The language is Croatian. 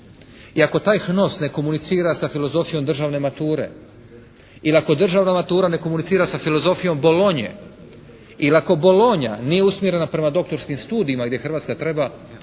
i ako taj HNOS ne komunicira sa filozofijom državne mature ili ako državna matura ne komunicira sa filozofijom Bologne ili ako Bologna nije usmjerena prema doktorskim studijima gdje Hrvatska treba